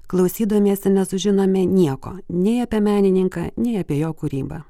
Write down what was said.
klausydamiesi nesužinome nieko nei apie menininką nei apie jo kūrybą